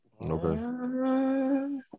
Okay